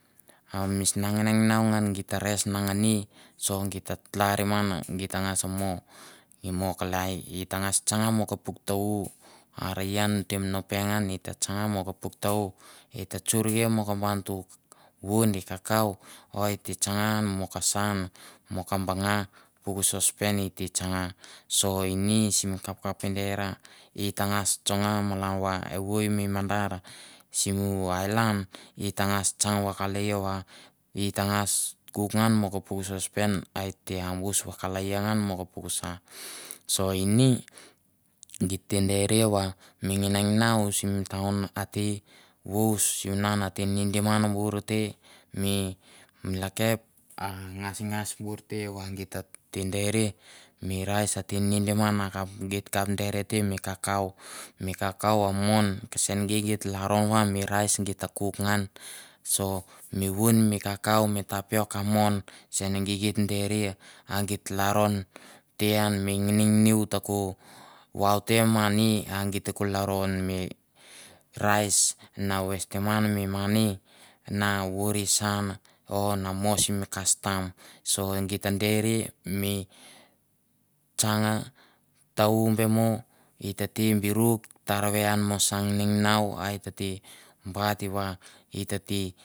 A misna nginanginau ngan gi ta res na ngane so git ta larim ngan git ta ngas mo, i mo kalai, i ta ngas tsanga mo ka puk ta- u, are ian te mono pengan ita tsanga mo ka puk ta- u, i ta tsorkia mo ka ba n'tu wundi, kakau o te tsanga mo ka san, mo ka banga pu sospen it te tsanga. So ini simi kapkapindera it tangas tsanga malan va evoi mi mandar sivu ailan, it tangas tsang vakaleia va, i tangas kuk ngan mo ka puk sospen a et te abus vakaleia ngan mo ka puk sa. so ini geit te dere va mi nginanginau sim taun ate vous, sivunan ate nidim ngan bur te mi lekep a ngasngas bor te va gita te dere, mi rice ate nidim na ngan ma git kap dere te mi kakau, mi kakau a mon kesen e gei geit lalron va mi rice git ta kuk ngan, so mi wun mi kakau, mi tapiok a mon, sen e gei geit derea a geit lalron te an mi nginanginau te ko vaute mani, a gei te ko lalron mi rice na waistim ngan mi mani na voiri san ian, o na mo simi kastam so git te dere mi tsanga ta- u be mo it tete birok tarave an mo so nginanginau a i tete bat va i tete